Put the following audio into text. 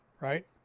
Right